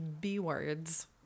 B-words